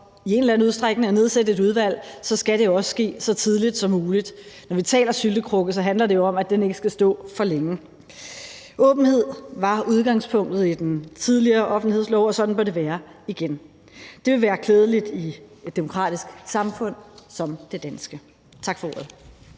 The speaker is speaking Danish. i en eller anden udstrækning at nedsætte et udvalg, så også skal ske så tidligt som muligt. Når vi taler syltekrukke, handler det jo om, at den ikke skal stå for længe. Åbenhed var udgangspunktet i den tidligere offentlighedslov, og sådan bør det være igen. Det vil være klædeligt i et demokratisk samfund som det danske. Tak for ordet.